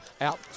Out